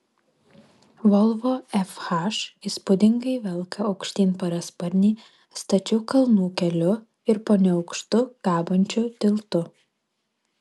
volvo fh įspūdingai velka aukštyn parasparnį stačiu kalnų keliu ir po neaukštu kabančiu tiltu